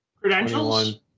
Credentials